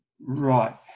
Right